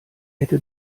hätte